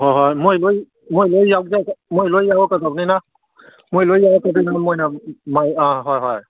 ꯍꯣꯏ ꯍꯣꯏ ꯃꯣꯏ ꯂꯣꯏ ꯃꯣꯏ ꯂꯣꯏ ꯃꯣꯏ ꯂꯣꯏ ꯌꯥꯎꯔꯛꯀꯗꯕꯅꯤꯅ ꯃꯣꯏ ꯂꯣꯏ ꯌꯥꯎꯔꯛꯄꯅꯤꯅ ꯃꯣꯏꯅ ꯑꯥ ꯍꯣꯏ ꯍꯣꯏ